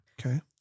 Okay